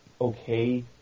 okay